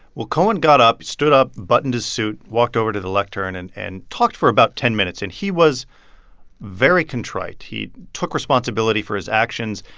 well, cohen got up. he stood up, buttoned his suit, walked over to the lectern and and talked for about ten minutes. and he was very contrite. he took responsibility for his actions.